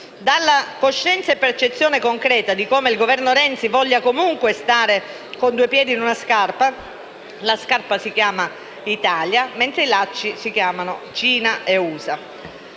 la coscienza e percezione concreta di come il Governo Renzi voglia comunque stare con due piedi in una scarpa (la scarpa si chiama Italia, mentre i lacci si chiamano Cina e USA);